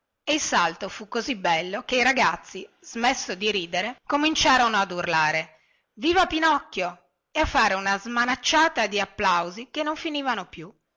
e il salto fu così bello che i ragazzi smesso di ridere cominciarono a urlare viva pinocchio e a fare una smanacciata di applausi che non finivano più